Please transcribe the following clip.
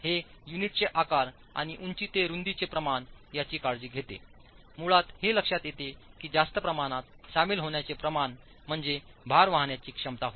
हे युनिटचे आकार आणि उंची ते रुंदीचे प्रमाण याची काळजी घेते मुळात हे लक्षात येते की जास्त प्रमाणात सामील होण्याचे प्रमाण म्हणजे भार वाहण्याची क्षमता होय